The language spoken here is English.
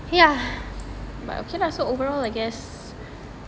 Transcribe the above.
but okay lah so overall I guess